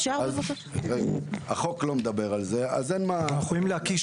אז אין מה --- אנחנו יכולים להקיש